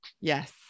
Yes